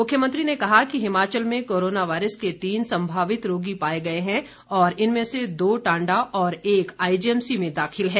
मुख्यमंत्री ने कहा कि हिमाचल में कोरोना वायरस के तीन संभावित रोगी पाए गए हैं और इनमें से दो टांडा और एक आईजीएमसी में दाखिल है